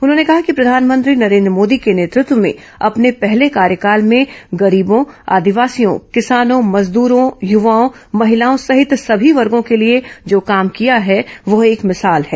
उन्होंने कहा कि प्रधानमंत्री नरेन्द्र मोदी के नेतृत्व में अपने पहले कार्यकाल में गरीबों आदिवासियों किसानों मजद्रों युवाओं महिलाओं सहित सभी वर्गों के लिए जो काम किया है वह एक मिसाल है